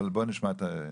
אבל בוא נשמע את מאיר כהן.